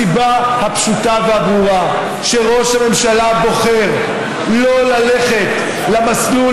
הסיבה הפשוטה והברורה שראש הממשלה בוחר שלא ללכת למסלול